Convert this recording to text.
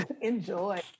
Enjoy